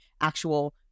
actual